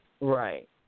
Right